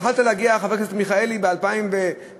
יכולת להגיע, חבר הכנסת מיכאלי, ב-2009,